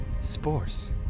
Spores